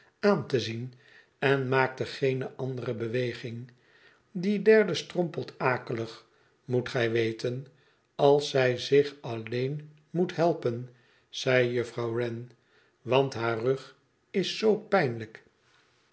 aan te zien en maakte geene andere beweging die derde strompelt akelig moet gij weten als zij zich alleen moet helpen zei juffrouw wren want haar rug is zoo pijnlijk